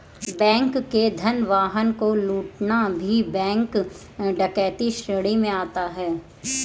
bank के धन वाहन को लूटना भी बैंक डकैती श्रेणी में आता है